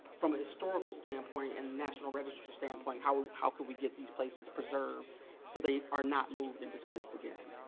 from a historical standpoint and a national register standpoint, how how can we get these places preserved so they are not moved and displaced again,